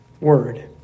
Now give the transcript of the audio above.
word